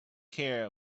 care